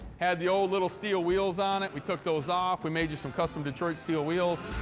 had the old little steel wheels on it. we took those off. we made you some custom detroit steel wheels.